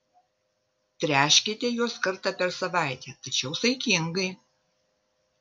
tręškite juos kartą per savaitę tačiau saikingai